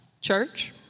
Church